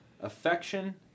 affection